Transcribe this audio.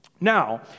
Now